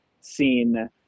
seen